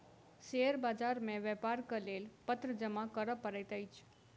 share बाजार मे व्यापारक लेल पत्र जमा करअ पड़ैत अछि